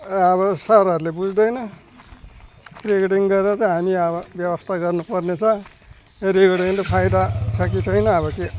अब सरहरूले बुझ्दैन रिकर्डिङ गरेर त हामी अब व्यवस्था गर्नु पर्नेछ रिकर्डिङले फाइदा छ कि छैन अब के